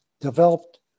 developed